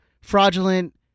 fraudulent